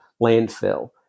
landfill